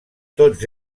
tots